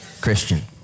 Christian